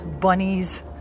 bunnies